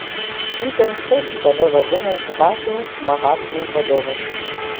būtent taip save vadina dvasinis mahatmų vadovas